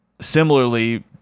similarly